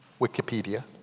Wikipedia